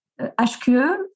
HQE